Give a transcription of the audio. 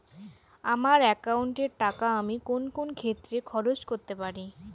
আমার একাউন্ট এর টাকা আমি কোন কোন ক্ষেত্রে খরচ করতে পারি?